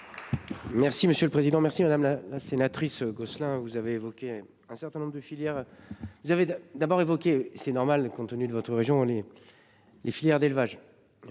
Merci monsieur le président. Merci madame la sénatrice Gosselin. Vous avez évoqué un certain nombre de filières. Vous avez d'abord évoqué c'est normal compte tenu de votre région les. Les filières d'élevage.